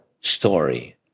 story